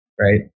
right